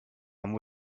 and